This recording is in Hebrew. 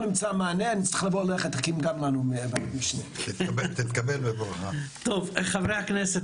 2. התוכנית הכלכלית לחברה הבדואית בנגב חברי הכנסת,